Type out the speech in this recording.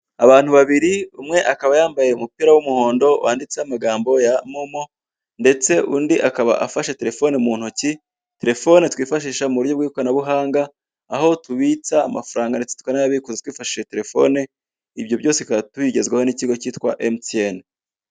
Abantu babiri umwe akaba yambaye umupira w'umuhondo wanditseho amagambo ya momo ndetse undi akaba afashe telefone mu ntoki, telefone twifashisha mu buryo bw'ikoranabuhanga, aho tubitsa amafaranga ndetse tukanayabikuza twifashishije telefone, ibyo byose bikaba tubigezweho n'ikigo cyitwa MTN.